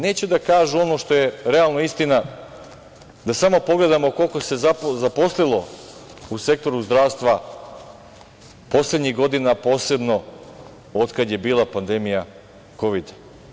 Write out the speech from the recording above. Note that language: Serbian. Neće da kažu ono što je realno istina, da samo pogledamo koliko se zaposlilo u sektoru zdravstva poslednjih godina, posebno od kad je bila pandemija Kovida.